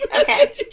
Okay